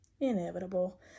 inevitable